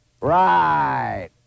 Right